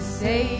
say